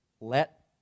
let